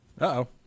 Uh-oh